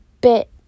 bit